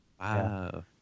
Wow